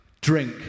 drink